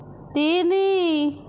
ତିନି